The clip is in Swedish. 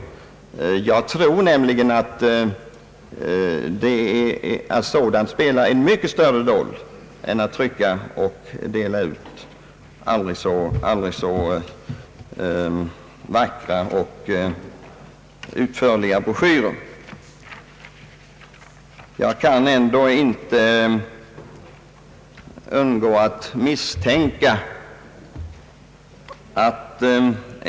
Sådant har enligt min mening mycket större betydelse än att man trycker och delar ut aldrig så vackra och utförliga broschyrer. Jag kan i alla fall inte undgå misstanken att ekonomiska intressen också kan spela in.